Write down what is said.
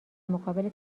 مقابل